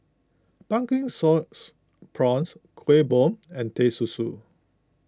Pumpkin Sauce Prawns Kuih Bom and Teh Susu